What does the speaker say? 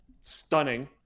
stunning